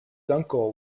uncle